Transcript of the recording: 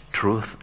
Truth